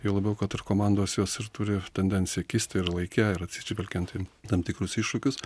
juo labiau kad ir komandos jos ir turi tendenciją kisti ir laike ir atsižvelgiant į tam tikrus iššūkius